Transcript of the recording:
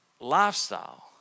lifestyle